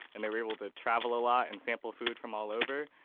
and they were able to travel a lot and sample food from all over.